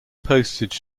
postage